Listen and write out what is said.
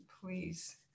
please